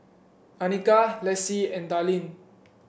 Annika Lessie and Darlyne